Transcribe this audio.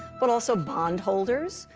but also bondholders,